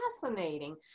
fascinating